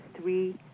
three